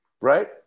right